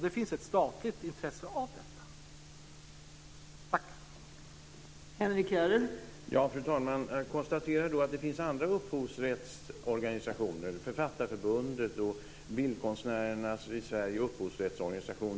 Det finns ett statligt intresse av det.